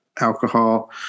alcohol